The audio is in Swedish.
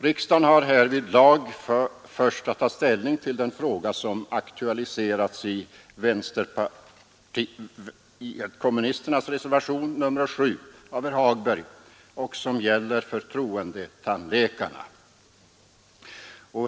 Riksdagen har härvidlag först att ta ställning till den fråga som aktualiserats i vpk-reservationen nr 7 av herr Hagberg och som gäller förtroendetandläkarna.